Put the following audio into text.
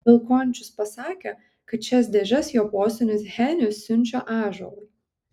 vilkončius pasakė kad šias dėžes jo posūnis henius siunčia ąžuolui